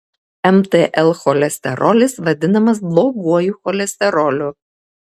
mtl cholesterolis vadinamas bloguoju cholesteroliu